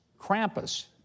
Krampus